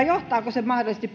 se mahdollisesti